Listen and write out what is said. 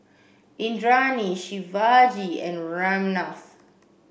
Indranee Shivaji and Ramnath